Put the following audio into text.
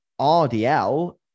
RDL